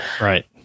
Right